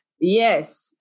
Yes